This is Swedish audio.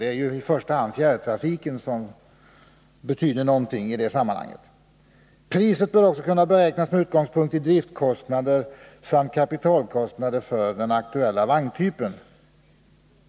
Det är ju i första hand fjärrtrafiken som betyder någonting i det sammanhanget. Priset bör också kunna beräknas med utgångspunkt i driftkostnader och kapitalkostnader för den aktuella vagntypen.